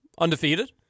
undefeated